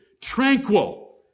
tranquil